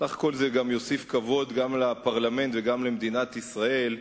בסך הכול זה יוסיף כבוד גם לפרלמנט וגם למדינת ישראל.